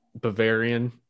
Bavarian